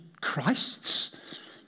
Christ's